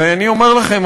ואני אומר לכם,